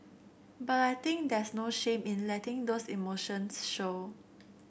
but I think there's no shame in letting those emotions show